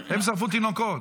הם שרפו תינוקות.